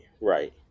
Right